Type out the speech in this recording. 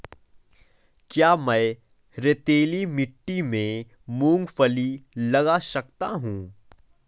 क्या मैं रेतीली मिट्टी में मूँगफली लगा सकता हूँ?